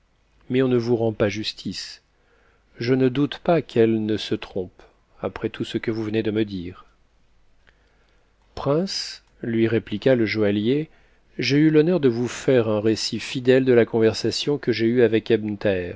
mais on ne vous rend pas justice je m doute pas qu'elle ne se trompe après tout ce que vous venez de me dire prince lui répliqua le joaillier j'ai eu l'honneur de vous faire un récit fidèle de la conversation que j'ai eue avec